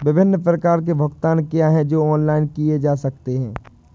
विभिन्न प्रकार के भुगतान क्या हैं जो ऑनलाइन किए जा सकते हैं?